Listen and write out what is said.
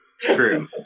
True